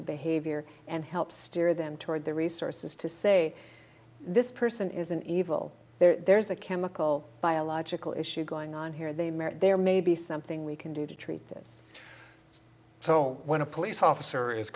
behavior and help steer them toward the resources to say this person is an evil there's a chemical biological issue going on here they may there may be something we can do to treat this so when a police officer is